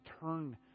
turn